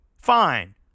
Fine